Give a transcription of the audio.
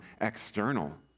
external